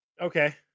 Okay